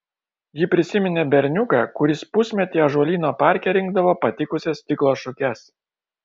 ji prisiminė berniuką kuris pusmetį ąžuolyno parke rinkdavo patikusias stiklo šukes